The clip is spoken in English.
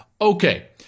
Okay